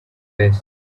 face